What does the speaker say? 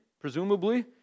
presumably